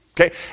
okay